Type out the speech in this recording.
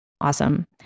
Awesome